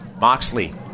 Moxley